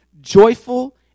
joyful